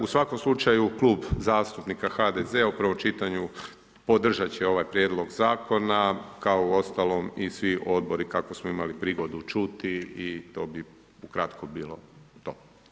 U svakom slučaju Klub zastupnika HDZ-a u prvom čitanju podržat će ovaj prijedlog zakona, kao uostalom i svi odbor kako smo imali prigodu čuti i to bi ukratko bilo to.